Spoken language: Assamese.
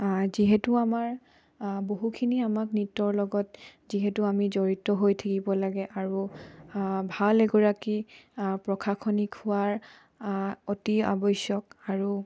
যিহেতু আমাৰ বহুখিনি আমাক নৃত্যৰ লগত যিহেতু আমি জড়িত হৈ থাকিব লাগে আৰু ভাল এগৰাকী প্ৰশাসনিক হোৱাৰ অতি আৱশ্যক আৰু